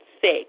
sick